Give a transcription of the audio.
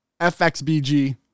FXBG